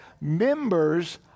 members